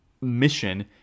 mission